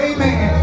Amen